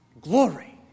glory